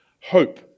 hope